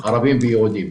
ערבים ויהודים.